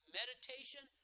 meditation